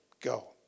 go